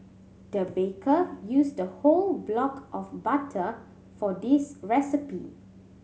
the baker used whole block of butter for this recipe